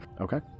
Okay